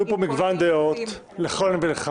היה פה מגוון של דעות, לכאן ולכאן.